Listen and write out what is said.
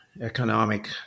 economic